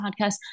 podcast